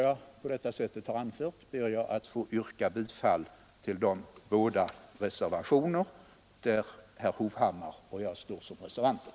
Jag ber att få yrka bifall till de både reservationer där herr Hovhammar och jag står som reservanter.